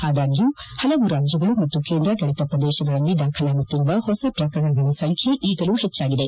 ಆದಾಗ್ಯೂ ಪಲವು ರಾಜ್ಯಗಳು ಮತ್ತು ಕೇಂದ್ರಾಡಳತ ಪ್ರದೇಶಗಳಲ್ಲಿ ದಾಖಲಾಗುತ್ತಿರುವ ಹೊಸ ಪ್ರಕರಣಗಳ ಸಂಖ್ಯೆ ಈಗಲೂ ಹೆಚ್ಚಾಗಿದೆ